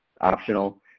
optional